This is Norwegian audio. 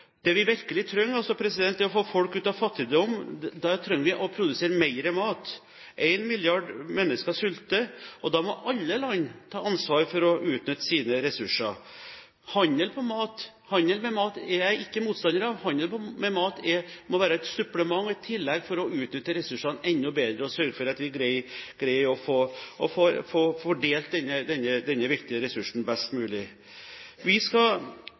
landet vi er beboere av. Det vi virkelig trenger, er å få folk ut av fattigdom, og da trenger vi å produsere mer mat. En milliard mennesker sulter. Da må alle land ta ansvar for å utnytte sine ressurser. Handel med mat er jeg ikke motstander av. Handel med mat må være et supplement, et tillegg, for å utnytte ressursene enda bedre og å sørge for at vi greier å få fordelt denne viktige ressursen best mulig. Vi skal